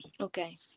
Okay